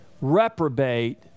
reprobate